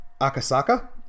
Akasaka